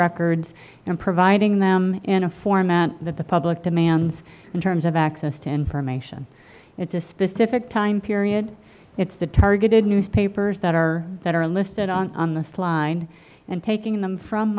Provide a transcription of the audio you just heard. records and providing them in a format that the public demands in terms of access to information it's a specific time period it's the targeted newspapers that are that are listed on the slide and taking them from